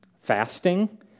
Fasting